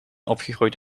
opgegroeid